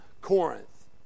Corinth